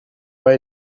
pas